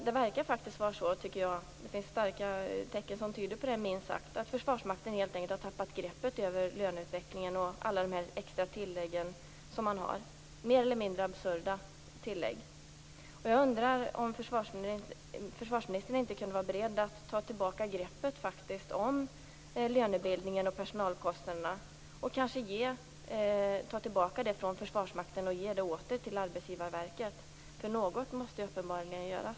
Det finns minst sagt starka tecken på att Försvarsmakten helt enkelt har tappat greppet om löneutvecklingen och alla de extra, mer eller mindre absurda, tilläggen. Jag undrar om försvarsministern är beredd att ta tillbaka greppet om lönebildningen och personalkostnaderna från Försvarsmakten och ge det åter till Arbetsgivarverket, för något måste uppenbarligen göras.